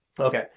Okay